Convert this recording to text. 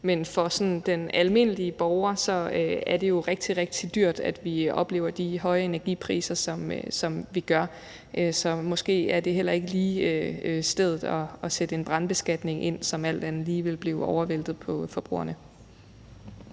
men for sådan den almindelige borger er det jo rigtig, rigtig dyrt, at vi oplever de høje energipriser, som vi gør, så måske er det heller ikke lige stedet at sætte en brandbeskatning ind, som alt andet lige vil blive overvæltet på forbrugerne.